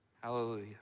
Hallelujah